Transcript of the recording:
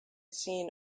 seen